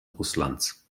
russlands